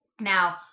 Now